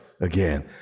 again